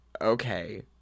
Okay